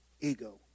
ego